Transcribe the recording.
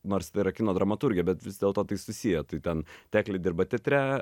nors yra kino dramaturgija bet vis dėlto tai susiję tai ten teklė dirba teatre